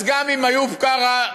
אז גם אם איוב קרא,